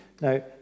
Now